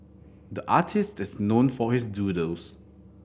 the artist is known for his doodles